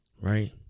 Right